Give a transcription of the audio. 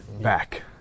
back